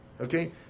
Okay